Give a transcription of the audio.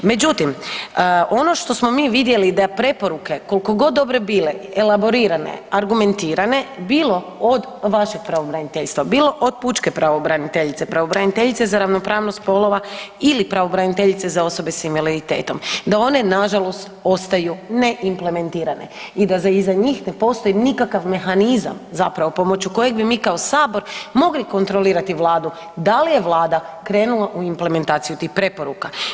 Međutim, ono što smo mi vidjeli da preporuke koliko god dobre bile elaborirane, argumentirane bilo od vašeg pravobraniteljstva, bilo od pučke pravobraniteljice, pravobraniteljice za ravnopravnost spolova ili pravobraniteljice za osobe s invaliditetom da one nažalost ostaju ne implementirane i da za njih ne postoji nikakav mehanizam zapravo pomoću kojeg mi kao Sabor mogli kontrolirati Vladu da li je Vlada krenula u implementaciju tih preporuka.